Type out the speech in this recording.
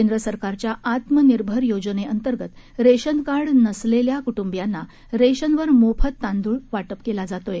केंद्र सरकारच्या आत्मनिर्भर योजनेर्तगत रेशनकार्ड नसलेल्या कुटुंबीयांना रेशनवर मोफत तांदूळ वाटप केला जात आहे